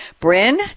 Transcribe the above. Bryn